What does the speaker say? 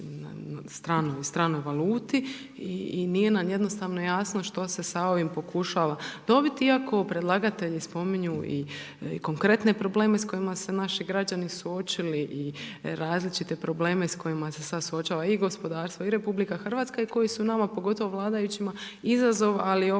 u stranoj valuti i nije nam jednostavno jasno što se sa ovim pokušava dobiti iako predlagatelji spominju i konkretne probleme s kojima se naši građani suočili i različite probleme s kojima se sad suočava i gospodarstvo i RH i koji su nama, pogotovo vladajućima, izazov, ali